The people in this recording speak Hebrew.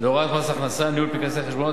להוראות מס הכנסה (ניהול פנקסי חשבונות),